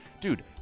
Dude